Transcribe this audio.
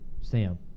Sam